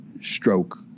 stroke